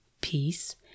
peace